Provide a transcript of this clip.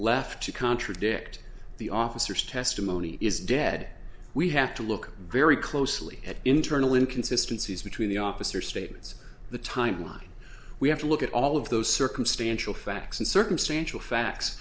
left to contradict the officers testimony is dead we have to look very closely at internal inconsistency between the officer statements the timeline we have to look at all of those circumstantial facts and circumstantial facts